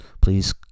please